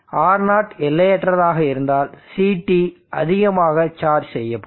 எனவே R0 எல்லையற்றதாக இருந்தால் CT அதிகமாக சார்ஜ் செய்யப்படும்